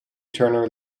turner